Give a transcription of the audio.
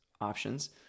options